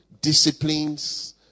disciplines